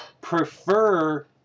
prefer